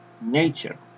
nature